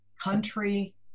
country